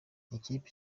ikipe